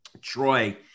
Troy